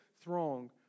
throng